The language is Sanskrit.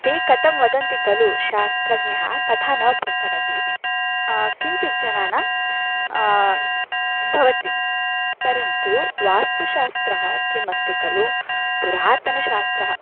ते कथं वदन्ति खलु शास्त्रज्ञः तथा न प्रचलति इति किञ्चित् जनानां भवति परन्तु वास्तुशास्त्रं किम् अस्ति खलु पुरातनशास्त्रम्